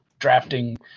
Drafting